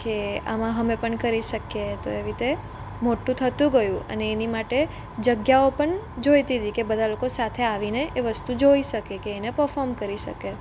કે આમાં અમે પણ કરી શકીએ તો એવી રીતે મોટું થતું ગયું અને એની માટે જગ્યાઓ પણ જોઈતી હતી કે બધા લોકો સાથે આવીને એ વસ્તુ જોઈ શકે કે એને પરફોર્મ કરી શકે